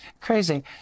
crazy